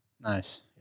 Nice